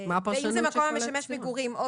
אם זה לא